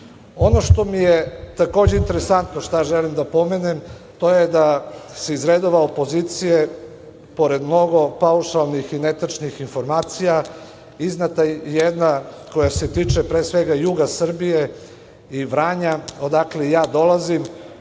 što mi je interesantno, šta želim da pomenem, to je da se iz redova opozicije pored mnogo paušalnih i netačnih informacija, izneta je jedna koja se tiče pre svega juga Srbije i Vranja, odakle ja dolazim,